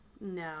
No